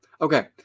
okay